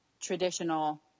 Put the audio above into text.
traditional